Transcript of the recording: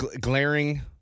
glaring